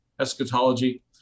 eschatology